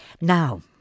Now